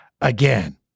again